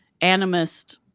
animist